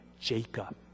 Jacob